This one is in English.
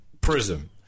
Prism